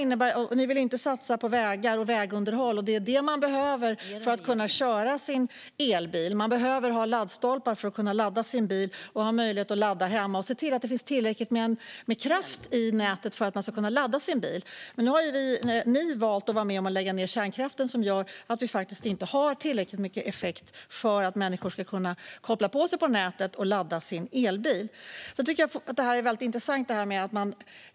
Ni vill inte satsa på vägar och vägunderhåll, vilket är det man behöver för att kunna köra sin elbil. Man behöver ha laddstolpar för att kunna ladda sin bil och ha möjlighet att ladda hemma. Det måste också finnas tillräckligt med kraft i nätet för att man ska kunna ladda sin bil. Men ni har ju valt att vara med och lägga ned kärnkraften, vilket gör att vi faktiskt inte har tillräckligt mycket effekt för att människor ska kunna koppla upp sig på nätet och ladda sina elbilar.